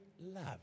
love